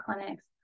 clinics